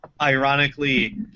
ironically